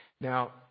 Now